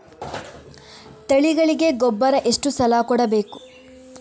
ತಳಿಗಳಿಗೆ ಗೊಬ್ಬರ ಎಷ್ಟು ಸಲ ಕೊಡಬೇಕು?